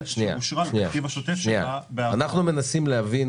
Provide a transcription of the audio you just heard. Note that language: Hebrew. אנחנו מנסים להבין